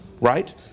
right